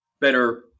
better